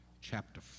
chapter